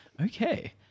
Okay